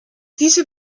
diese